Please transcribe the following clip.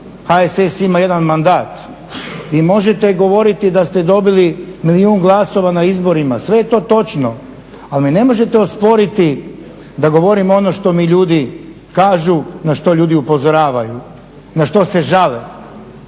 HSS ima jedan mandat i možete govoriti da ste dobili milijun glasova na izborima, sve je to točno, ali mi ne možete osporiti da ne govorim ono što mi ljudi kažu na što ljudi upozoravaju, na što se žale.